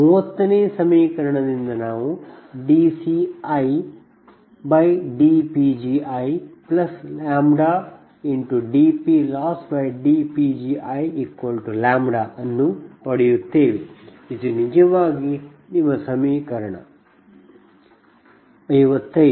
30ನೇ ಸಮೀಕರಣದಿಂದ ನಾವು dCidPgiλdPLossdPgiλ ಇದು ಸಮೀಕರಣ 55